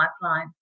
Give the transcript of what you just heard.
pipeline